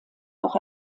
auch